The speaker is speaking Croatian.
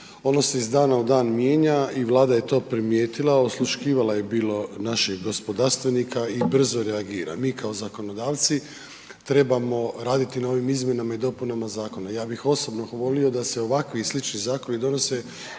ono se iz dana u dan mijenja i Vlada je to primijetila, osluškivala je bilo našeg gospodarstvenika i brzo reagira. Mi kao zakonodavci trebamo raditi na ovim izmjenama i dopunama zakona. Ja bih osobno volio da se ovakvi i slični zakoni donose